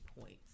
points